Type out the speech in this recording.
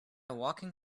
walking